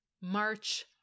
March